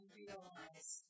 Realize